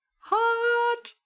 Hot